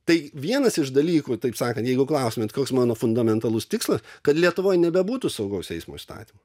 tai vienas iš dalykų taip sakant jeigu klaustumėt koks mano fundamentalus tikslas kad lietuvoj nebebūtų saugaus eismo įstatymo